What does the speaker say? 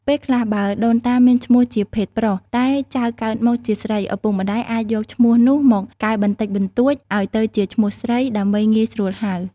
ពេលខ្លះ បើដូនតាមានឈ្មោះជាភេទប្រុស តែចៅកើតមកជាស្រី ឪពុកម្តាយអាចយកឈ្មោះនោះមកកែបន្តិចបន្តួចឱ្យទៅជាឈ្មោះស្រី ដើម្បីងាយស្រួលហៅ។